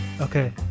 Okay